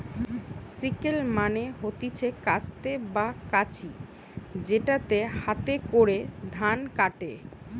sickle মানে হতিছে কাস্তে বা কাঁচি যেটাতে হাতে করে ধান কাটে